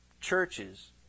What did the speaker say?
churches